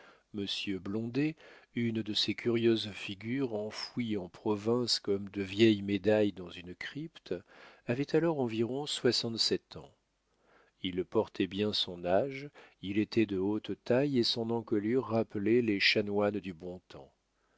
blondet une de ces curieuses figures enfouies en province comme de vieilles médailles dans une crypte avait alors environ soixante-sept ans il portait bien son âge il était de haute taille et son encolure rappelait les chanoines du bon temps